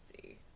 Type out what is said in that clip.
see